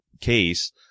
case